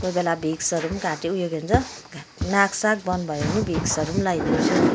कोही बेला भिक्सहरू पनि घाँटी उयो के भन्छ नाँक साक बन्द भयो भने भिक्सहरू पनि लाइदिन्छु